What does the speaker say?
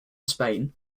spain